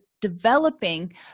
developing